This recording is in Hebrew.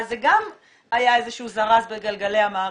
זה גם היה איזשהו זרז בגלגלי המערכת.